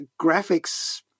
graphics